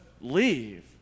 leave